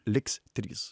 liks trys